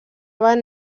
van